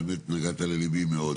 האמת, נגעת לליבי מאוד.